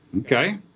Okay